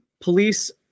police